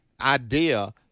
idea